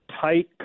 tight